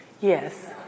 Yes